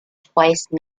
twice